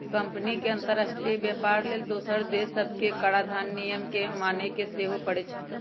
company के अंतरराष्ट्रीय व्यापार लेल दोसर देश सभके कराधान नियम के माने के सेहो परै छै